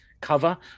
cover